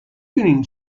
دونین